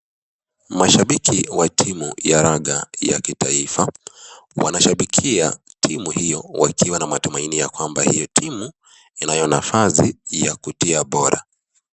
Mashambiki wa timu ya raga ya kitaifa wanashambikia timu hio wakiwa na matumaini ya kwamba hio timu inayo nafasi ya kutia bora.